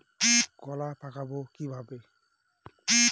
কলা পাকাবো কিভাবে?